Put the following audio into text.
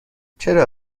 چرا